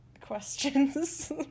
questions